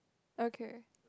okay